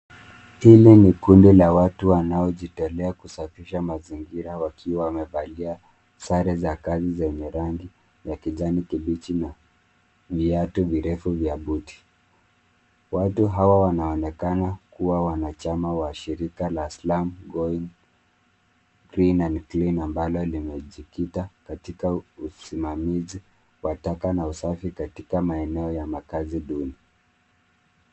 Hili ni kundi la watu wanaojitolea kusafisha mazingira wakiwa wamevalia sare za kazi zenye rangi ya kijani kibichi na viatu virefu vya buti. Watu hawa wanaonekana wanachama wa shirika Slum Gold kirin and Clean ambalo limejikita usimamizi wa taka na usafi maeneo ya makazi duni.